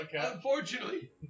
Unfortunately